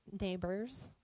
neighbors